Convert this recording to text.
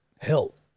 Help